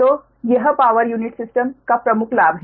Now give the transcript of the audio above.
तो यह power unit system का प्रमुख लाभ है